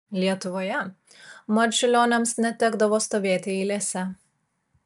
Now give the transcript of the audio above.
lietuvoje marčiulioniams netekdavo stovėti eilėse